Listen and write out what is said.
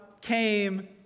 came